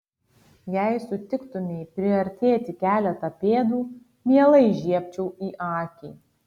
jei sutiktumei priartėti keletą pėdų mielai žiebčiau į akį